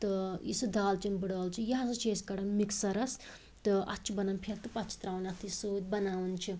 تہٕ یُس یہِ دالچیٖن بٕڑ ٲلہٕ چھِ یہِ ہَسا چھِ أسۍ کَڑان مَکسَرَس تہٕ اتھ چھِ بنان پھیٚکھ تہٕ پَتہٕ چھِ ترٛاوان اتھ یہِ سۭتۍ بناوان چھِ